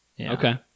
Okay